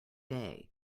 day